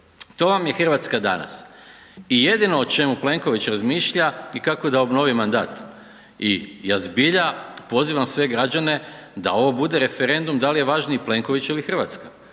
To vam je Hrvatska danas i jedino o čemu Plenković razmišlja je kako da obnovi mandat i ja zbilja pozivam sve građane da ovo bude referendum da li je važniji Plenković ili Hrvatska.